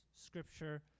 Scripture